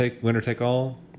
winner-take-all